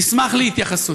נשמח להתייחסות.